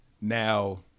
now